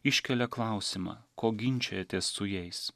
iškelia klausimą ko ginčijatės su jais